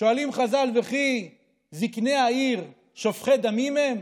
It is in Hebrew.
שואלים חז"ל: וכי זקני העיר שופכי דמים הם?